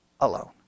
alone